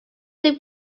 him